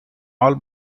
all